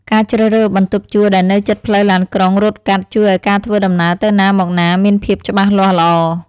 ការជ្រើសរើសបន្ទប់ជួលដែលនៅជិតផ្លូវឡានក្រុងរត់កាត់ជួយឱ្យការធ្វើដំណើរទៅណាមកណាមានភាពច្បាស់លាស់ល្អ។